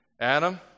Adam